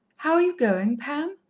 how are you going, pam?